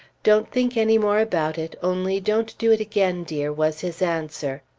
don't think any more about it, only don't do it again, dear, was his answer.